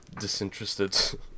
Disinterested